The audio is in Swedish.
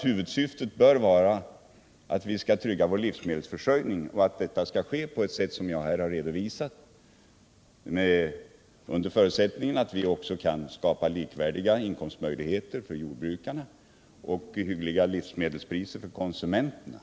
Huvudsyftet bör vara att trygga vår livsmedelsförsörjning på ett sådant sätt som jag här redovisat, och under förutsättningen att vi också kan skapa likvärdiga inkomstmöjligheter för jordbrukarna och hyggliga livsmedelspriser för konsumenterna.